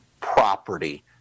property